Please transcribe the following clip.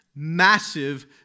Massive